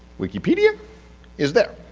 wikipedia is there.